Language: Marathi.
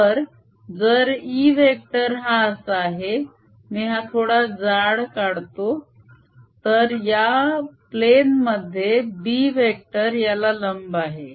तर जर E वेक्टर हा असा आहे मी हा थोडा जाड करतो तर या प्लेन मध्ये B वेक्टर याला लंब आहे